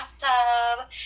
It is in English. bathtub